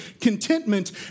contentment